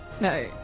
No